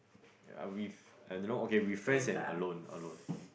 yeah with I don't know okay with friends and alone alone